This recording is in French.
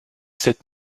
sept